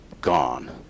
gone